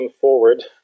forward